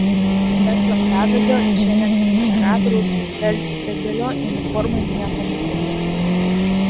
be slaptažodžio čia net imperatoriaus feldfebelio uniforma nieko nepadės